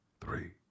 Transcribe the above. three